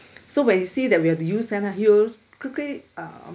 so when he see that we have to use hand lah he will quickly um